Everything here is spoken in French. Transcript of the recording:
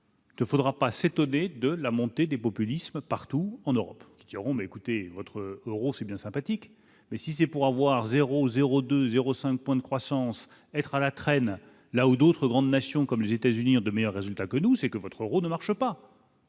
Il faudra pas s'étonner de la montée des populismes partout en Europe, qui auront mais écoutez votre Euro c'est bien sympathique, mais si c'est pour avoir 0 0 2 0 5 point de croissance, être à la traîne, là où d'autres grandes nations comme les États-Unis ont de meilleurs résultats que nous, c'est que votre Euro ne marche pas.